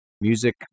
Music